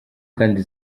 kandi